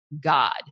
God